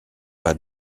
pas